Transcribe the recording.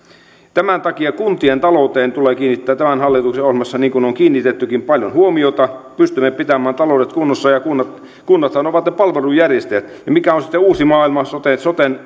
tämän takia kuntien talouteen tulee kiinnittää tämän hallituksen ohjelmassa niin kuin on kiinnitettykin paljon huomiota pystymme pitämään talouden kunnossa ja kunnathan ovat ne palvelun järjestäjät mikä on sitten uusi maailma sote